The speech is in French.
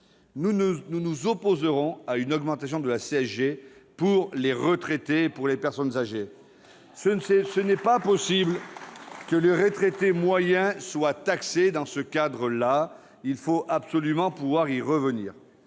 nous nous opposerons à cette augmentation pour les retraités et les personnes âgées. Il n'est pas possible que les retraités moyens soient taxés dans ce cadre-là. Il faut impérativement pouvoir y revenir.